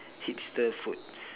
hipster foods